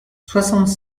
soixante